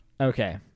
Okay